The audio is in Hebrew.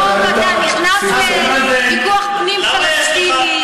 אתה נכנס לוויכוח פנים-פלסטיני.